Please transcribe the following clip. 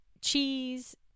cheese